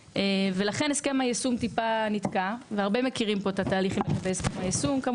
לכן הסכם היישום טיפה נתקע והרבה מכירים פה את התהליך לגבי הסכם היישום.